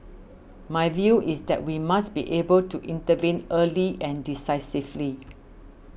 my view is that we must be able to intervene early and decisively